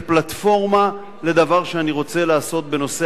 כפלטפורמה לדבר שאני רוצה לעשות בנושא